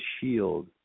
shield